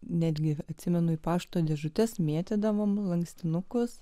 netgi atsimenu į pašto dėžutes mėtydavome lankstinukus